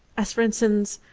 as, for instance,